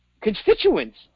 constituents